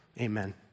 Amen